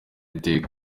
iteka